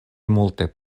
multe